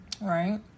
right